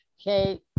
okay